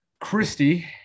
christy